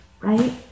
right